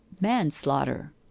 manslaughter